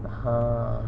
!huh!